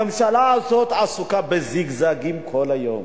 הממשלה הזאת עסוקה בזיגזגים כל היום.